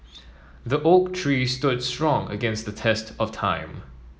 the oak tree stood strong against the test of time